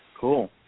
Cool